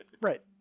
Right